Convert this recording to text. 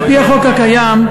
על-פי החוק הקיים,